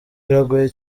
biragoye